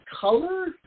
color